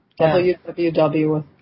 www